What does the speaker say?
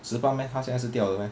十八 meh 它现在是掉了 meh